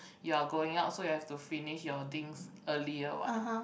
you are going out so you have to finish your things earlier what